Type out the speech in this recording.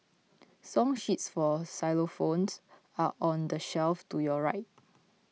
song sheets for xylophones are on the shelf to your right